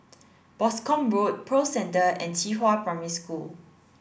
Boscombe Road Pearl Centre and Qihua Primary School